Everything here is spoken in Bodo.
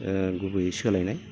ओ गुबैयै सोलायनाय